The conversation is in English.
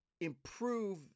improve